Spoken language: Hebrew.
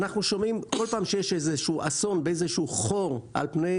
כל פעם שיש איזשהו אסון באיזשהו חור על פני